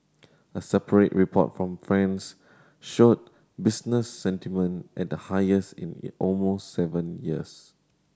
a separate report from France showed business sentiment at the highest in almost seven years